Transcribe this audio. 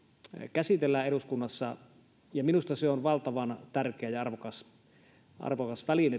käsitellään eduskunnassa ja minusta se on valtavan tärkeä ja arvokas arvokas väline